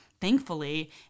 thankfully